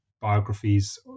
biographies